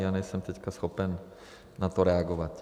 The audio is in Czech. Teď nejsem schopen na to reagovat.